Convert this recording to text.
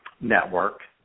network